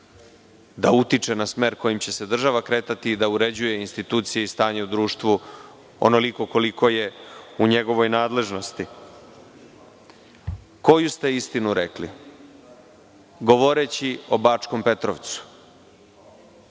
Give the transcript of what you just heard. da utiče na smer kojim će se država kretati i da uređuje institucije i stanje u društvu onoliko koliko je u njegovoj nadležnosti. Koju ste istinu rekli, govoreći o Bačkom Petrovcu?